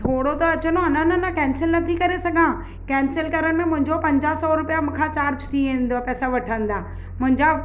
थोरो त अचो न न न कैंसिल न थी करे सघां कैंसिल करण में मुंहिंजो पंजाह सौ रुपया मुंहिंखा चार्ज थी वेंदुव पैसा वठंदा मुंहिंजा